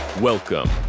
Welcome